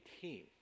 team